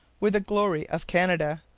were the glory of canada,